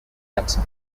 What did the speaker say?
jackson